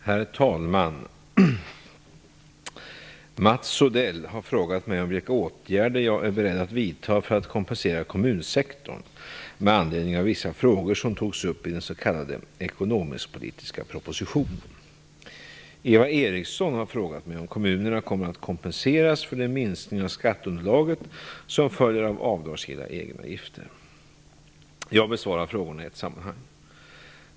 Herr talman! Mats Odell har frågat mig om vilka åtgärder jag är beredd att vidta för att kompensera kommunsektorn med anledning av vissa frågor som togs upp i den s.k. ekonomisk-politiska propositionen. Eva Eriksson har frågat mig om kommunerna kommer att kompenseras för den minskning av skatteunderlaget som följer av avdragsgilla egenavgifter. Jag besvarar frågorna i ett sammanhang.